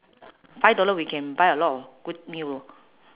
five dollar we can buy a lot of good meal